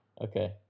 Okay